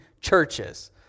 churches